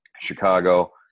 Chicago